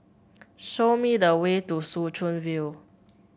show me the way to Soo Chow View